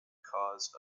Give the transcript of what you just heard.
cause